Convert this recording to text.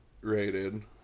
rated